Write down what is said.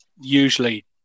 usually